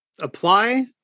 apply